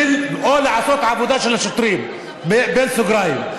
לעשות את העבודה של השוטרים, בסוגריים.